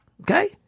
Okay